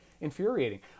infuriating